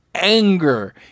Anger